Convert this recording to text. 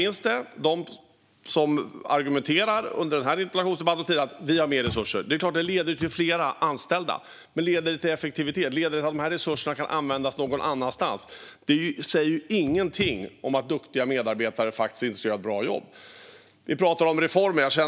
De som debatterar under den här interpellationsdebatten och tidigare säger att de har mer resurser. Det är klart att det då leder till fler anställda. Men leder det till effektivitet? Leder det till att de här resurserna kan användas någon annanstans? Det säger ingenting om att duktiga medarbetare faktiskt inte ska göra ett bra jobb. Vi pratar om reformer.